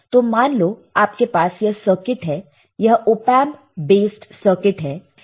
तो मान लो आपके पास यह सर्किट है यह ओपएंप बेस्ड सर्किट है